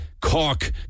Cork